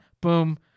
Boom